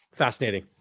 Fascinating